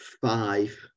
five